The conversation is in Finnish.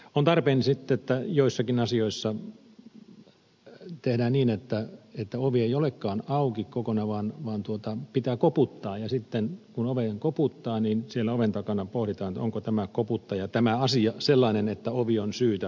on tarpeen että joissakin asioissa tehdään niin että ovi ei olekaan auki kokonaan vaan pitää koputtaa ja sitten kun oveen koputtaa siellä oven takana pohditaan onko tämä koputtaja tämä asia sellainen että ovi on syytä avata